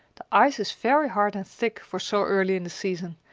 the ice is very hard and thick for so early in the season,